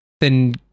then-